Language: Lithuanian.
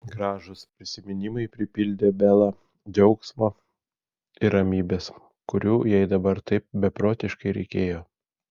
gražūs prisiminimai pripildė belą džiaugsmo ir ramybės kurių jai dabar taip beprotiškai reikėjo